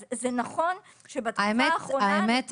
אז זה נכון שבתקופה האחרונה -- האמת,